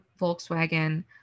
Volkswagen